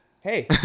Hey